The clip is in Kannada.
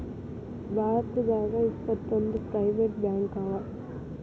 ಭಾರತದಾಗ ಇಪ್ಪತ್ತೊಂದು ಪ್ರೈವೆಟ್ ಬ್ಯಾಂಕವ